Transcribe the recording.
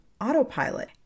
autopilot